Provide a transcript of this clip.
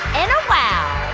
and a wow!